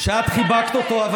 כמה אתה ממחזר את השקר הזה?